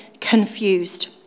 confused